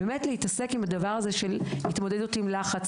באמת להתעסק עם הדבר הזה של התמודדות עם לחץ,